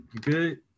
good